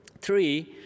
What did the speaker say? Three